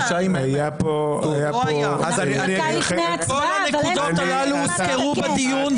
כל הנקודות הללו הוזכרו בדיון,